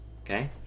okay